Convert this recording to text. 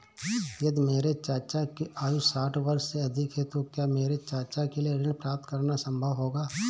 यदि मेरे चाचा की आयु साठ वर्ष से अधिक है तो क्या मेरे चाचा के लिए ऋण प्राप्त करना संभव होगा?